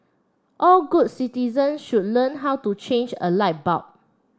all good citizens should learn how to change a light bulb